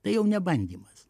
tai jau ne bandymas